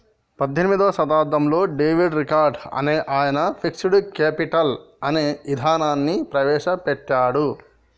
పద్దెనిమిదో శతాబ్దంలో David Ricardo అనే ఆయన ఫిక్స్డ్ కేపిటల్ అనే ఇదానాన్ని ప్రవేశ పెట్టాడు